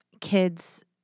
kids